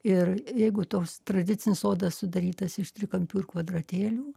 ir jeigu tos tradicinis sodas sudarytas iš trikampių ir kvadratėlių